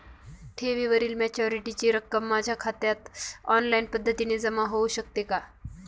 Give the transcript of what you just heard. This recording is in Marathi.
ठेवीवरील मॅच्युरिटीची रक्कम माझ्या खात्यात ऑनलाईन पद्धतीने जमा होऊ शकते का?